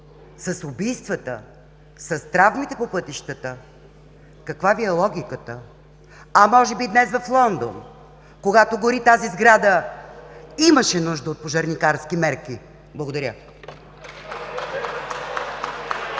с убийствата, с травмите по пътищата, каква е логиката Ви? А може би днес в Лондон, когато гори тази сграда, нямаше нужда от пожарникарски мерки! Благодаря.